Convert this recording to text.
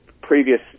previous